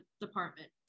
department